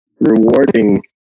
rewarding